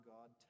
God